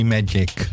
Magic